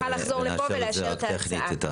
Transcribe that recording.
לאחר האישור נוכל לחזור לכאן ולאשר את ההצעה.